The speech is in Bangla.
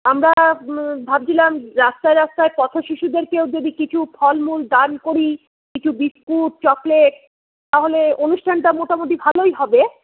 আমরা ভাবছিলাম রাস্তায় রাস্তায় পথ শিশুদেরকেও যদি কিছু ফলমূল দান করি কিছু বিস্কুট চকলেট তাহলে অনুষ্ঠানটা মোটামুটি ভালোই হবে